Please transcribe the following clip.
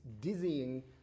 dizzying